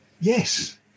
Yes